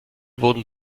wurden